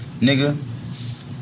nigga